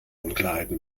unklarheiten